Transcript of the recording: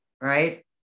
right